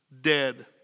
dead